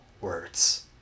words